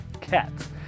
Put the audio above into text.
Cats